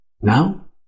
now